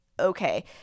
okay